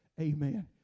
Amen